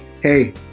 hey